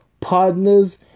partners